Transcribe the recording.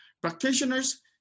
Practitioners